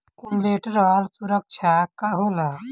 Collateral सुरक्षा का होला?